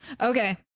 Okay